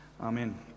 Amen